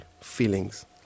feelings